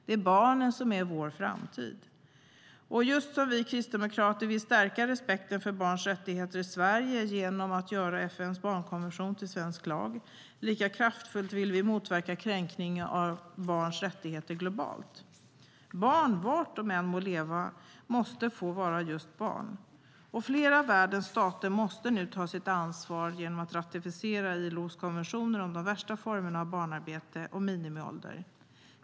Det är barnen som är vår framtid. Just som vi kristdemokrater vill stärka respekten för barns rättigheter i Sverige genom att göra FN:s barnkonvention till svensk lag, lika kraftfullt vill vi motverka kränkningar av barns rättigheter globalt. Barn, var de än må leva, måste få vara just barn. Fler av världens stater måste därför nu ta sitt ansvar och ratificera ILO:s konventioner om de värsta formerna av barnarbete och minimiålder.